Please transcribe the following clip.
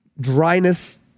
dryness